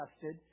tested